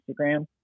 Instagram